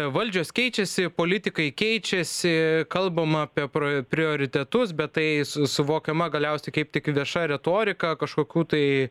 valdžios keičiasi politikai keičiasi kalbama apie pro prioritetus bet tai s suvokiama galiausiai kaip tik vieša retorika kažkokių tai